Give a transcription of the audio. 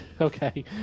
Okay